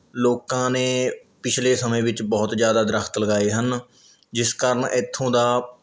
ਲੋਕਾਂ ਨੇ ਪਿਛਲੇ ਸਮੇਂ ਵਿੱਚ ਬਹੁਤ ਜ਼ਿਆਦਾ ਦਰੱਖਤ ਲਗਾਏ ਹਨ ਜਿਸ ਕਾਰਨ ਇੱਥੋਂ ਦਾ